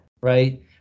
right